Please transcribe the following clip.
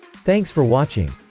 thanks for watching!